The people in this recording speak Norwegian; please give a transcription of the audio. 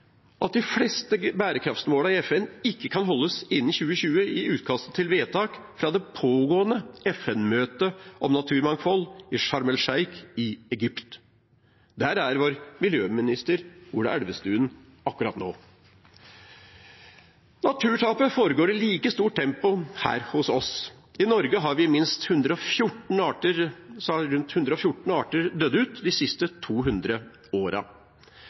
at de fleste bærekraftsmålene i FN ikke kan nås innen 2020, i utkast til vedtak fra det pågående FN-møtet om naturmangfold i Sharm el Sheikh i Egypt. Der er vår miljøminister Ola Elvestuen akkurat nå. Naturtapet foregår i like stort tempo her hos oss. I Norge har minst 114 arter dødd ut de siste 200